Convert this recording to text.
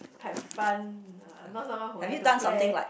have fun uh I'm not someone who like to play